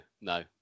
no